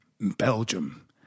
Belgium